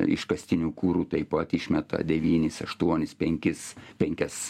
iškastiniu kuru taip pat išmeta devynis aštuonis penkis penkias